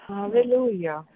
Hallelujah